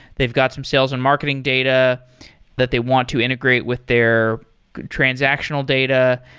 they've got some sales and marketing data that they want to integrate with their transactional data,